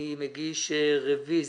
אני מגיש על זה רביזיה.